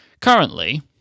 currently